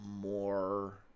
more